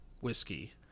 whiskey